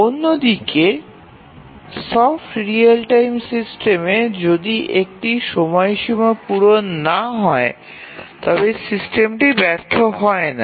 অন্যদিকে soft real time সিস্টেমে যদি একটি সময়সীমা পরিপূরণ না হয় তবে সিস্টেমটি ব্যর্থ হয় না